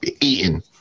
eating